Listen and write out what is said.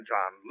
John